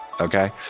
Okay